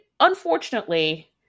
Unfortunately